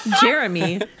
Jeremy